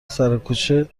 سرکوچه